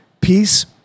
peace